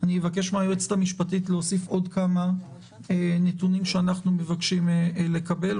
אבקש מן היועצת המשפטית להוסיף עוד כמה נתונים שאנחנו מבקשים לקבל.